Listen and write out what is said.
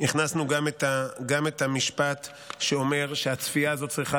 הכנסנו גם את המשפט שאומר שהצפייה הזאת צריכה